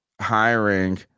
hiring